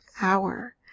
hour